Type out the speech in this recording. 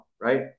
Right